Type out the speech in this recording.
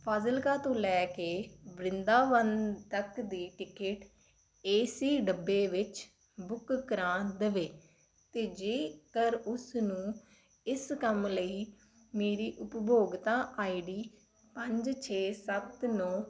ਫਾਜ਼ਿਲਕਾ ਤੋਂ ਲੈ ਕੇ ਬ੍ਰਿੰਦਾਵਨ ਤੱਕ ਦੀ ਟਿਕਟ ਏਸੀ ਡੱਬੇ ਵਿੱਚ ਬੁੱਕ ਕਰਾ ਦਵੇ ਅਤੇ ਜੇਕਰ ਉਸ ਨੂੰ ਇਸ ਕੰਮ ਲਈ ਮੇਰੀ ਉਪਭੋਗਤਾ ਆਈਡੀ ਪੰਜ ਛੇ ਸੱਤ ਨੌ